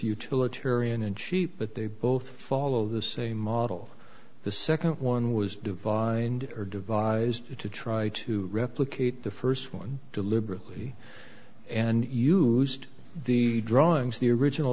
utilitarian and cheap but they both follow the same model the second one was divined or devised to try to replicate the first one deliberately and used the drawings the original